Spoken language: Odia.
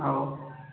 ହଉ